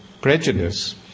prejudice